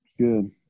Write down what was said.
good